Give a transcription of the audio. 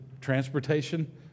transportation